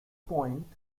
point